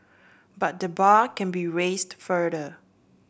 but the bar can be raised further